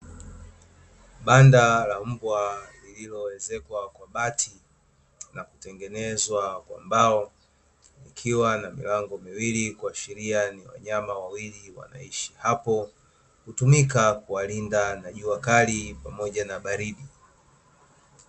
Banda la mbwa lililoezekwa kwa bati na kutengenezwa kwa mbao likiwa na milango miwili kuashiria ni wanyama wawili wanaishi hapo, hutumika kuwalinda na jua kali pamoja na baridi.